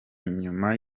nyuma